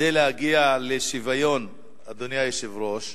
כדי להגיע לשוויון, אדוני היושב-ראש,